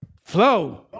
Flow